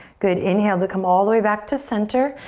good, inhale to come all the way back to center.